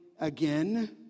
again